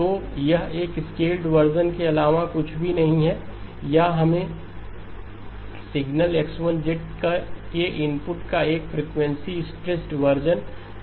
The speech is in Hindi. तो यह एक स्केलड वर्शन के अलावा कुछ भी नहीं है या हम इसे सिग्नल X1 के इनपुट का एक फ्रीक्वेंसी स्ट्रेचड वर्शन कहते हैं